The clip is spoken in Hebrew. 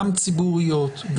גם ציבוריות,